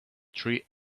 tree